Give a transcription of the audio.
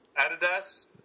Adidas